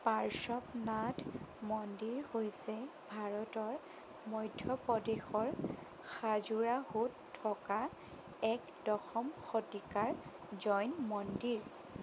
পাৰ্শ্বৱনাথ মন্দিৰ হৈছে ভাৰতৰ মধ্যপ্ৰদেশৰ খাজুৰাহোত থকা এক দশম শতিকাৰ জৈন মন্দিৰ